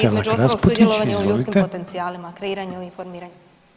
između ostalog sudjelovanje u ljudskim potencijalima, kreiranju i informiranju.